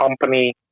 company